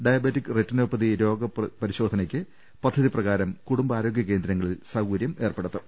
diabetic retinopathy രോഗ പരിശോ ധനക്ക് പദ്ധതി പ്രകാരം കുടുംബാരോഗൃ കേന്ദ്രങ്ങളിൽ സൌകര്യം ഉണ്ടായിരിക്കും